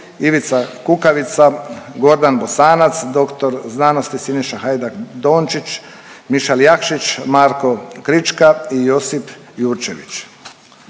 Ivica Kukavica, Gordan Bosanac, dr. sc. Siniša Hajdaš Dončić, Mišel Jakšić, Marko Krička i Josip Jurčević.